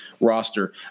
roster